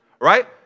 Right